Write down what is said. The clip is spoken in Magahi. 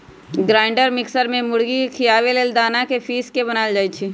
ग्राइंडर मिक्सर में मुर्गी के खियाबे लेल दना के पिस के बनाएल जाइ छइ